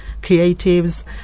creatives